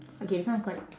okay this one quite